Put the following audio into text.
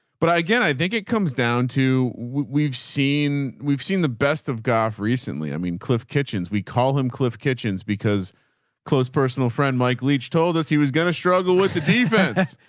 but again, i think it comes down to, we've seen, we've seen the best of golf recently. i mean, cliff kitchens, we call him cliff kitchens because close personal friend, mike leach told us he was going to struggle with the defense.